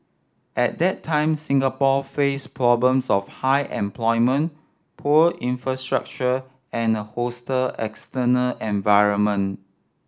at that time Singapore faced problems of high unemployment poor infrastructure and a hostile external environment